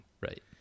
Right